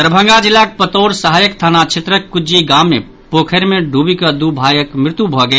दरभंगा जिलाक पतौर सहायक थाना क्षेत्रक कुज्जी गामे पोखरि मे डूविकऽ दू भाईक मृत्यु भऽ गेल